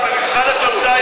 במבחן התוצאה,